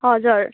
हजुर